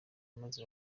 maze